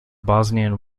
bosnian